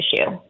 issue